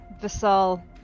Vassal